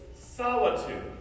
solitude